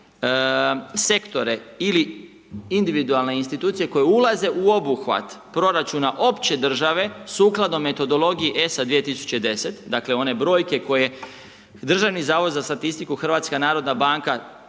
sektore ili individualne institucije koje ulaze u obuhvat proračuna opće države sukladno metodologiji ESA 2010., dakle one brojke koje Državni zavod za statistiku, Hrvatska Nnarodna banka